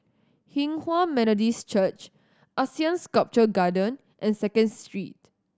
Hinghwa Methodist Church ASEAN Sculpture Garden and Second Street